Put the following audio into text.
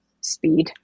speed